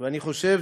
אני חושב